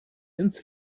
ins